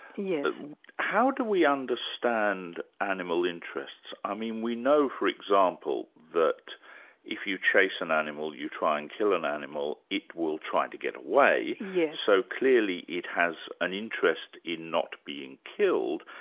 yeah how do we understand animal interests? i mean we know for example that if you chase an animal, you try and kill an animal, it will try to get away, yeah so clearly it has an interest in not being killed.